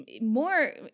more